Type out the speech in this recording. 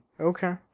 Okay